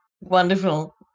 Wonderful